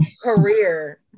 career